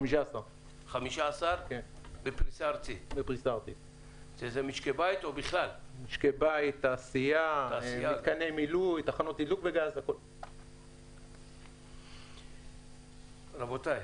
15. רבותי,